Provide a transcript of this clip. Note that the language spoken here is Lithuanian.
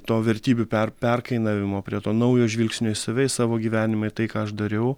to vertybių per perkainavimo prie to naujo žvilgsnio į save į savo gyvenimą į tai ką aš dariau